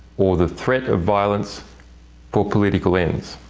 or the threat of violence for political ends.